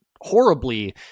horribly